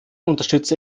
unterstütze